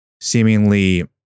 seemingly